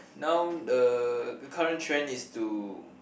now the the current trend is to